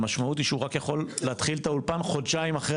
המשמעות היא שהוא רק יכול להתחיל את האולפן חודשיים אחרי